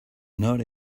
not